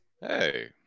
Hey